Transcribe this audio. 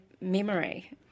memory